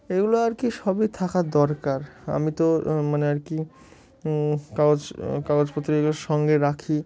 এগুলো আর কি সবই থাকার দরকার আমি তো মানে আর কি কাগজ কাগজপত্রগুলোর সঙ্গে রাখি